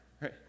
right